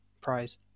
prize